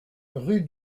rue